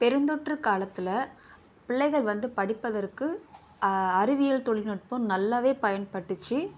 பெருந்தொற்று காலத்தில் பிள்ளைகள் வந்து படிப்பதற்கு அறிவியல் தொழில்நுட்பம் நல்லாவே பயன்பட்டுச்சு